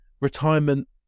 retirement